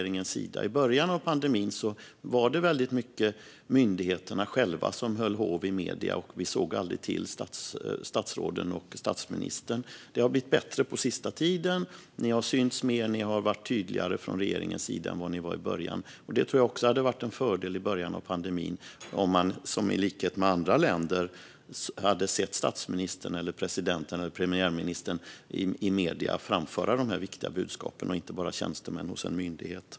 I början av pandemin var det väldigt mycket myndigheterna som själva höll hov i medierna, och vi såg aldrig till statsråden och statsministern. Det har blivit bättre på sista tiden; regeringen har synts mer och varit tydligare än den var i början av pandemin. Jag tror att det hade varit en fördel om man i början av pandemin hade sett statsministern framföra de viktiga budskapen i medierna, i likhet med andra länders presidenter eller premiärministrar, i stället för enbart tjänstemännen vid en myndighet.